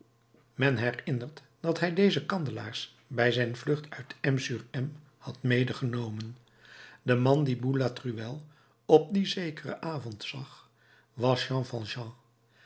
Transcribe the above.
men herinnert zich dat hij deze kandelaars bij zijn vlucht uit m sur m had medegenomen de man dien boulatruelle op dien zekeren avond zag was jean